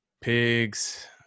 pigs